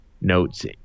notes